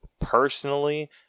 personally